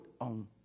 on